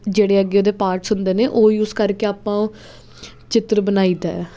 ਜਿਹੜੇ ਅੱਗੇ ਉਹਦੇ ਪਾਰਟਸ ਹੁੰਦੇ ਨੇ ਉਹ ਯੂਸ ਕਰਕੇ ਆਪਾਂ ਉਹ ਚਿੱਤਰ ਬਣਾਈਦਾ